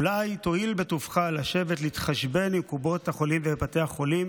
אולי תואיל בטובך לשבת להתחשבן עם קופות החולים ובתי החולים?